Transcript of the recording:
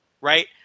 right